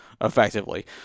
effectively